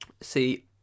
See